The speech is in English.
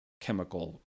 chemical